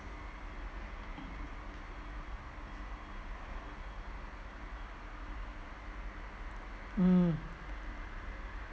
mm